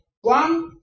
one